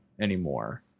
anymore